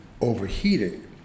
overheating